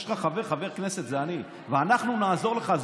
יש לך חבר חבר כנסת, זה אני, ואנחנו נעזור לך.